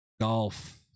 Golf